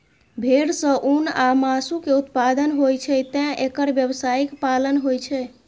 भेड़ सं ऊन आ मासु के उत्पादन होइ छैं, तें एकर व्यावसायिक पालन होइ छै